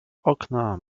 okna